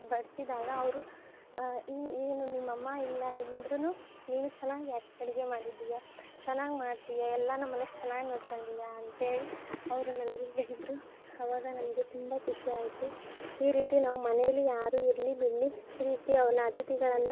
ಬಡಿಸಿದಾಗ ಅವರು ಈ ಏನು ನಿಮ್ಮ ಅಮ್ಮ ಇಲ್ಲ ಇಲುನು ನೀನು ಚೆನ್ನಾಗೆ ಅಡು ಅಡುಗೆ ಮಾಡಿದ್ದೀಯ ಚೆನ್ನಾಗಿ ಮಾಡ್ತೀಯ ಎಲ್ಲ ನಮ್ಮನ್ನ ಎಷ್ಟು ಚೆನ್ನಾಗಿ ನೋಡ್ಕೊಂಡಿದ್ಯ ಅಂಥೇಳಿ ಅವರು ನನಗೆ ಹೇಳಿದರು ಅವಾಗ ನನಗೆ ತುಂಬ ಖುಷಿ ಆಯಿತು ಈ ರೀತಿ ನಾವು ಮನೇಲಿ ಯಾರು ಇರಲಿ ಬಿಡಲಿ ಈ ರೀತಿ ಅವನ ಅಥಿತಿಗಳನ್ನ